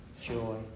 joy